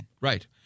Right